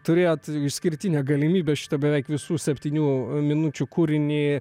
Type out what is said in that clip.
turėjot išskirtinę galimybę šitą beveik visų septynių minučių kūrinį